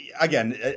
again